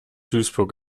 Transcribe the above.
duisburg